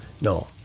No